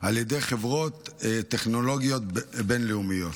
על ידי חברות טכנולוגיות בינלאומיות.